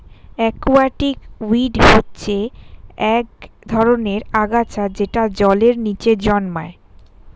aquatic weed হচ্ছে এক ধরনের আগাছা যেটা জলের নিচে জন্মায়